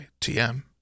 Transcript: TM